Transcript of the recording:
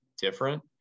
different